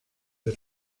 the